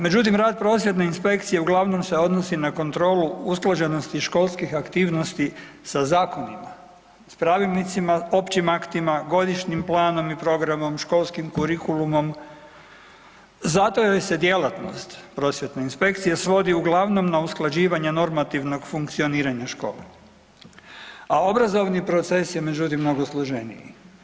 Međutim rad prosvjetne inspekcije uglavnom se odnosi na kontrolu usklađenosti školskih aktivnosti sa zakonima, sa pravilnicima, općim aktima, godišnjim planom i programom, školskim kurikulumom zato jer se djelatnost prosvjetne inspekcije svodi uglavnom na usklađivanje normativnog funkcioniranja škole, a obrazovni proces je međutim mnogo složeniji.